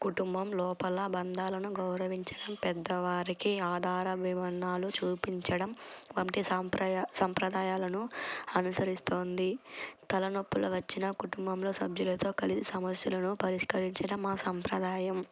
కుటుంబం లోపల బంధాలను గౌరవించడం పెద్దవారికి ఆధార వివర్ణాలు చూపించడం వంటి సాప్ర సాంప్రదాయాలను అనుసరిస్తోంది తలనొప్పులు వచ్చిన కుటుంబంలో సభ్యులతో కలిసి సమస్యలను పరిష్కరించడం మా సంప్రదాయం